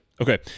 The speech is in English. Okay